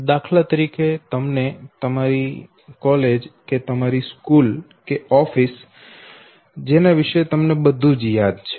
દાખલા તરીકે તમને તમારી કોલેજ કે તમારી સ્કૂલ ઓફિસ કે જેના વિષે તમને બધું જ યાદ છે